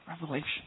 Revelation